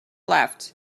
left